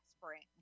spring